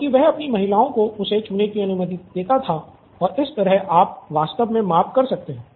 क्योकि वह अपनी महिलाओं को उसे छूने की अनुमति देता था और इस तरह आप वास्तव में माप कर सकते हैं